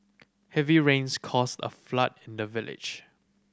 heavy rains caused a flood in the village